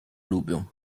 lubią